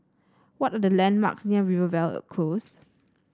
what are the landmarks near Rivervale Close